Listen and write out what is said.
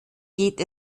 geht